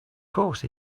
course